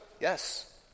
Yes